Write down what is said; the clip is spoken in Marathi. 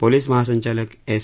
पोलीस महासंचालक एस